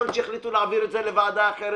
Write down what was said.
יכול להיות שיחליטו להעביר את זה לוועדה אחרת,